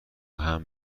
حمل